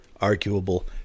arguable